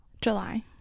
July